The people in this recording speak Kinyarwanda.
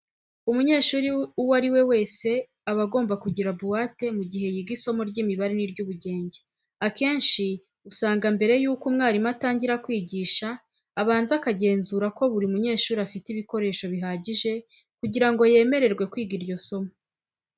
Umunyeshuri uwo ari we wese aba agomba kugira buwate mu gihe yiga isomo ry'imibare n'iry'ubugenge. Akenshi usanga mbere yuko umwarimu atangira kwigisha abanza akagenzura ko buri munyeshuri afite ibikoresho bihagije kugira ngo yemererwe kwiga iryo somo.